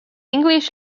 english